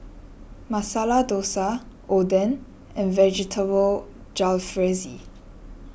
Masala Dosa Oden and Vegetable Jalfrezi